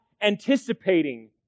anticipating